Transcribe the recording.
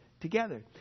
together